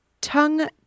Tongue